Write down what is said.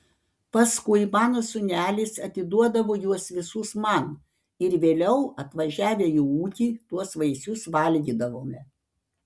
paskui mano sūnelis atiduodavo juos visus man ir vėliau atvažiavę į ūkį tuos vaisius valgydavome